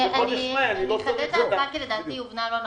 אני אחדד את ההצעה כי לדעתי היא הובנה לא נכון,